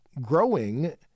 growing